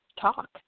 talk